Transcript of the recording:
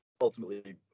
Ultimately